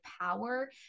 power